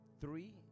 three